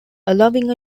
allowing